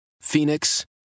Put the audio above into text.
Phoenix